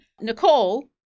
Nicole